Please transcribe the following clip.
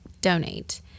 donate